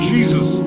Jesus